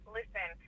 listen